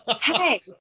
hey